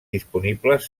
disponibles